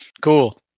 cool